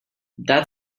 that